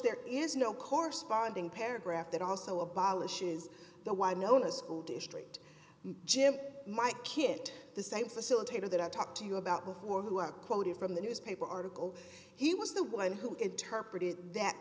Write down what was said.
there is no corresponding paragraph that also abolishes the why known as district jim my kid the same facilitator that i talked to you about before who are quoting from the newspaper article he was the one who interpreted that